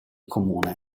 comune